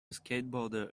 skateboarder